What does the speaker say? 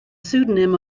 pseudonym